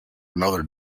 another